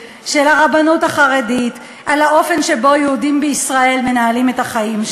חברי חברי הכנסת, ועל זה נאמר, ועל זה נאמר,